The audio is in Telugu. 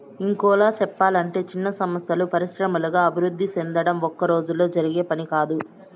ఇంకోలా సెప్పలంటే చిన్న సంస్థలు పరిశ్రమల్లాగా అభివృద్ధి సెందడం ఒక్కరోజులో జరిగే పని కాదు